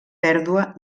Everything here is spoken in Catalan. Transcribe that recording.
pèrdua